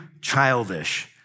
childish